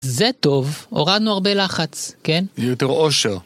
זה טוב, הורדנו הרבה לחץ, כן? יותר עושר.